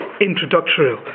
introductory